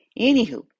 anywho